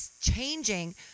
changing